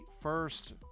first